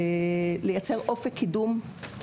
לייצר אופק קידום,